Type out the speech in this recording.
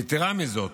יתרה מזו,